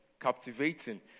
captivating